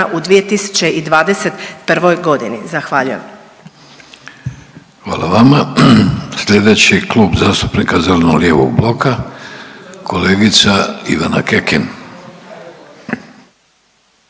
Davorko (Socijaldemokrati)** Hvala vama. Sljedeći Klub zastupnika zeleno-lijevog bloka kolegica Ivana Kekin.